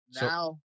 Now